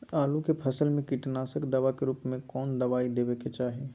आलू के फसल में कीटनाशक दवा के रूप में कौन दवाई देवे के चाहि?